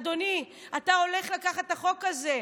אדוני, אתה הולך לקחת את החוק הזה.